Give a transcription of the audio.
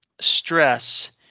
stress